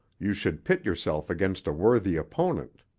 you should pit yourself against a worthy opponent.